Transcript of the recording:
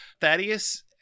Thaddeus